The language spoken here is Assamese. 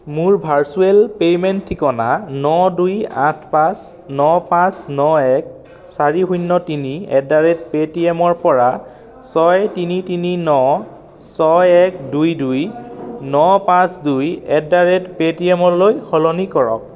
মোৰ ভাৰ্চুৱেল পে'মেণ্ট ঠিকনা ন দুই আঠ পাঁচ ন পাঁচ ন এক চাৰি শূন্য তিনি এট দ্য ৰেইট পে'টিএমৰ পৰা ছয় তিনি তিনি ন ছয় এক দুই দুই ন পাঁচ দুই এট দ্য ৰেইট পে'টিএমলৈ সলনি কৰক